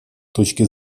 точки